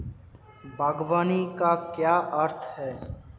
बागवानी का क्या अर्थ है?